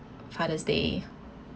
father's day